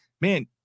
man